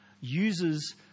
uses